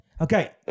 Okay